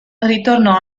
ritornò